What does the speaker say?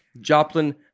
Joplin